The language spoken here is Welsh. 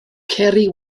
ceri